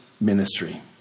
ministry